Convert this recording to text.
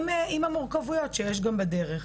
עם המורכבויות שיש גם בדרך.